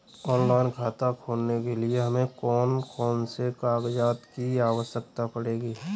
Online खाता खोलने के लिए हमें कौन कौन से कागजात की आवश्यकता पड़ेगी?